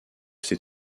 ses